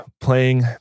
playing